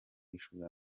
y’ishuri